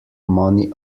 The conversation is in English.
money